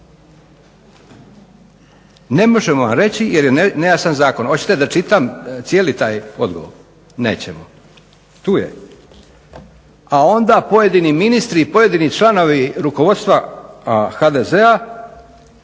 Ne možemo vam reći jer je nejasan zakon. Hoćete da čitam cijeli taj odgovor? Nećemo. Tu je. A onda pojedini ministri i pojedini članovi rukovodstva HDZ-a